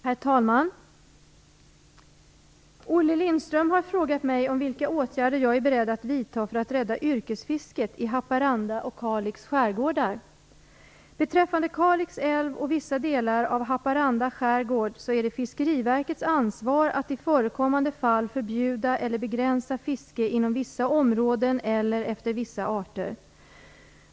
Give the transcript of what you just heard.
Herr talman! Olle Lindström har frågat mig om vilka åtgärder jag är beredd att vidta för att rädda yrkesfisket i Haparanda och Kalix skärgårdar. Beträffande Kalix älv och vissa delar av Haparanda skärgård är det Fiskeriverkets ansvar att i förekommande fall förbjuda eller begränsa fiske inom vissa områden eller efter vissa arter.